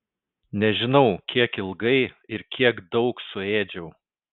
nežinau kiek ilgai ir kiek daug suėdžiau